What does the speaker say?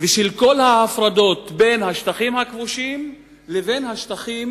ושל כל ההפרדות בין השטחים הכבושים לבין השטחים